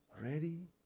ready